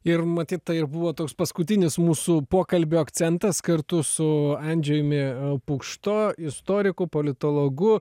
ir matyt tai ir buvo toks paskutinis mūsų pokalbio akcentas kartu su andžejumi pukšto istoriku politologu